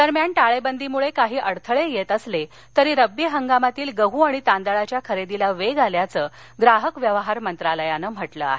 दरम्यान टाळेबंदीमुळे काही अडथळे येत असले तरी रब्बी हंगामातील गहू आणि तांदळाच्या खरेदीला वेग आल्याचं ग्राहक व्यवहार मंत्रालयानं सांगितलं आहे